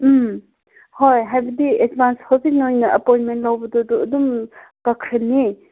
ꯎꯝ ꯍꯣꯏ ꯍꯥꯏꯕꯗꯤ ꯑꯦꯗꯕꯥꯟꯁ ꯍꯧꯖꯤꯛ ꯅꯣꯏꯅ ꯑꯦꯄꯣꯏꯟꯃꯦꯟ ꯂꯧꯕꯗꯣ ꯑꯗꯨ ꯑꯗꯨꯝ ꯀꯛꯈ꯭ꯔꯅꯤ